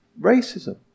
racism